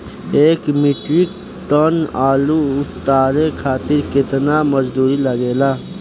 एक metric ton आलू उतारे खातिर केतना मजदूरी लागेला?